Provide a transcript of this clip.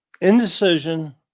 indecision